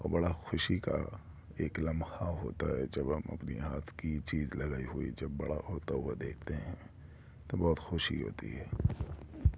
اور بڑا خوشی کا ایک لمحہ ہوتا ہے جب ہم اپنی ہاتھ کی چیز لگائی ہوئی جب بڑا ہوتا ہوا دیکھتے ہیں تب بہت خوشی ہوتی ہے